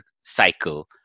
cycle